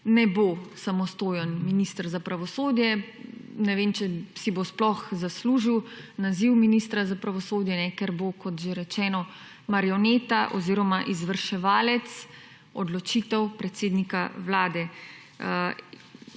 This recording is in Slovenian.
ne bo samostojen minister za pravosodje. Ne vem, če si bo sploh zaslužil naziv ministra za pravosodje, kjer bo kot že rečeno, marioneta oziroma izvrševalec odločitev predsednika Vlade.